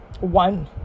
One